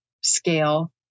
scale